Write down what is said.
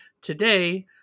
Today